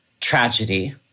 tragedy